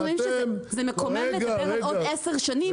ואתם -- אנחנו פשוט אומרים שזה מקומם לדבר על עוד 10 שנים,